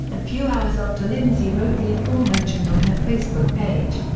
a few hours after lindsey wrote the aforementioned on her facebook page.